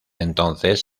entonces